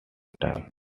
time